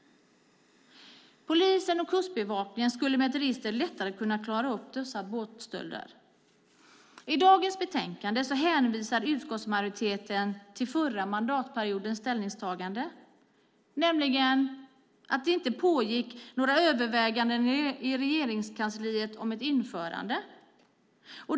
Polisen och Kustbevakningen skulle med hjälp av ett register lättare klara upp dessa båtstölder. I dagens betänkande hänvisar utskottsmajoriteten till förra mandatperiodens ställningstagande, nämligen att det inte pågick några överväganden i Regeringskansliet om ett införande.